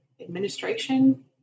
administration